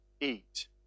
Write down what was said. eat